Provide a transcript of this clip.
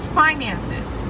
finances